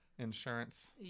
insurance